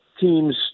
teams